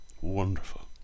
wonderful